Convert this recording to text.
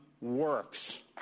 works